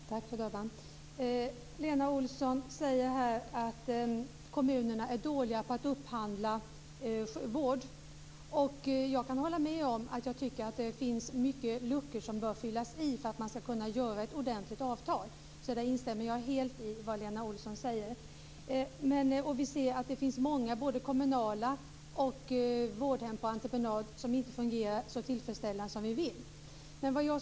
Fru talman! Lena Olsson säger att kommunerna är dåliga på att upphandla vård. Jag kan hålla med om att det finns många luckor som behöver fyllas i för att få ett ordentligt avtal. Där instämmer jag helt i vad Lena Olsson säger. Det finns många kommunala vårdhem och vårdhem på entreprenad som inte fungerar så tillfredsställande som vi vill.